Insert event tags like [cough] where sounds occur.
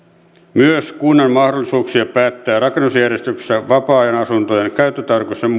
myös kunnan mahdollisuuksia päättää rakennusjärjestyksessä vapaa ajanasuntojen käyttötarkoituksen [unintelligible]